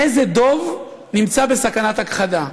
איזה דב נמצא בסכנת הכחדה,